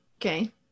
Okay